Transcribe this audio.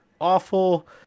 awful